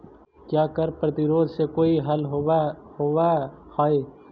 क्या कर प्रतिरोध से कोई हल होवअ हाई